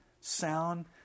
sound